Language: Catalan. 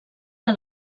que